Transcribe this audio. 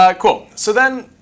ah cool. so then,